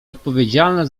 odpowiedzialne